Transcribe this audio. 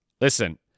Listen